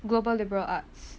global liberal arts